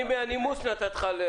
אני מהנימוס נתת לך.